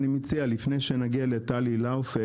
אני מציע שניתן לאורנה לדבר,